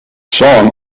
song